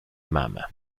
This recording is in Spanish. mama